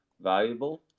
valuable